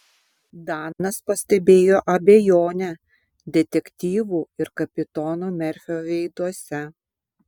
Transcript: danas pastebėjo abejonę detektyvų ir kapitono merfio veiduose